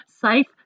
Safe